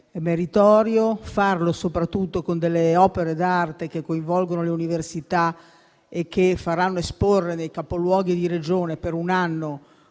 meritorio, soprattutto se lo si fa con delle opere d'arte che coinvolgono le università e che faranno esporre nei Capoluoghi di Regione per un anno